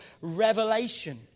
revelation